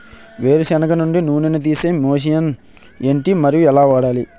వేరు సెనగ నుండి నూనె నీ తీసే మెషిన్ ఏంటి? మరియు ఎలా వాడాలి?